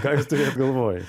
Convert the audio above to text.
ką jūs turėjot galvoj